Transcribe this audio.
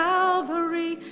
Calvary